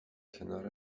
کنار